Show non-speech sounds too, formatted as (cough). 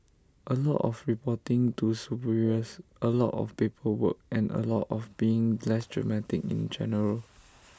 A lot of reporting to superiors A lot of paperwork and A lot of being less dramatic in (noise) general